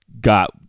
got